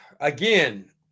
Again